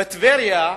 בטבריה,